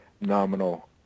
nominal